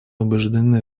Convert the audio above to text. убеждены